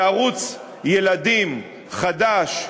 וערוץ ילדים חדש,